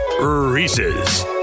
Reese's